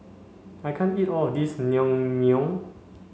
I can't eat all of this Naengmyeon